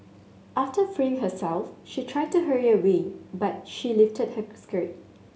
after freeing herself she tried to hurry away but he lifted her skirt